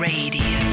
Radio